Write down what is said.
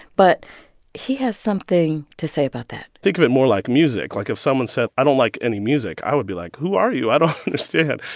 but he has something to say about that think of it more like music. like, if someone said, i don't like any music, i would be like, who are you? i don't understand.